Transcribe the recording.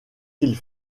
qu’ils